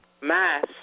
mass